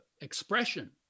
expression